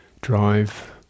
drive